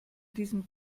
diesem